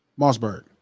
Mossberg